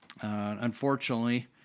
unfortunately